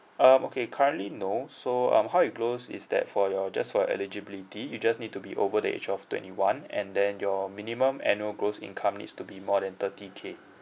um okay currently no so um how it goes is that for your just for your eligibility you just need to be over the age of twenty one and then your minimum annual gross income needs to be more than thirty K